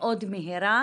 מאוד מהירה